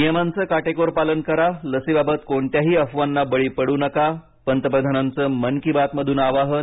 नियमांचं काटेकोर पालन करा लसीबाबत कोणत्याही अफवांना बळी पडू नका पंतप्रधानांचं मन की बात मधून आवाहन